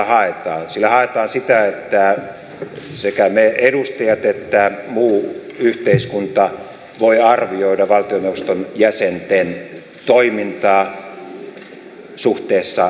sillä haetaan sitä että sekä me edustajat että muu yhteiskunta voivat arvioida valtioneuvoston jäsenten toimintaa suhteessa näihin sidonnaisuuksiin